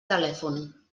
telèfon